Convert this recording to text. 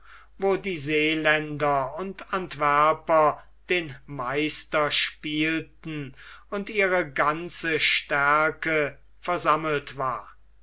wo die seeländer und antwerper den meister spielten und ihre ganze stärke versammelt war